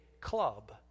club